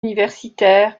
universitaire